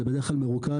וזה בדרך כלל מרוכז,